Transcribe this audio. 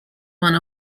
one